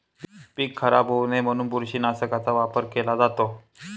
पीक खराब होऊ नये म्हणून बुरशीनाशकाचा वापर केला जातो